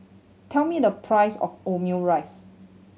tell me the price of Omurice